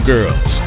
Girls